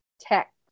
tech